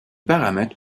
paramètres